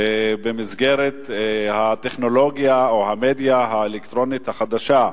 במסגרת הטכנולוגיה או המדיה האלקטרונית החדשה.